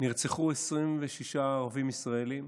נרצחו 26 ערבים ישראלים